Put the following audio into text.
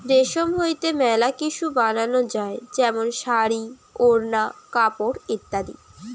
রেশম হইতে মেলা কিসু বানানো যায় যেমন শাড়ী, ওড়না, কাপড় ইত্যাদি